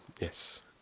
Yes